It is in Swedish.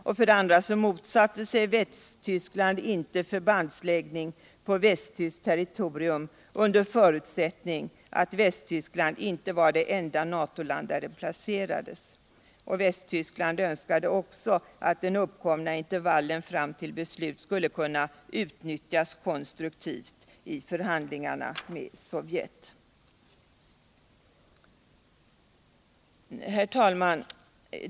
Den andra var att Västivskland inte motsatte sig förbandsläggning på västtyskt territorium under förutsättning att Västtyskland inte var det enda NA TO-land där bomben placerades. Västtyskland önskade också att den uppkomna intervallen fram till beslut skulle kunna utnyttjas konstruktivt i förhandlingarna med Sovjet. 160 Herr talman!